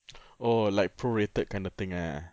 oh like prorated kind of thing ah